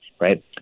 right